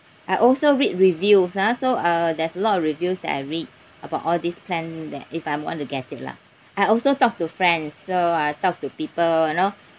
I also read reviews ah so uh there's a lot of reviews that I read about all these plan that if I'm want to get it lah I also talk to friends so I talked to people you know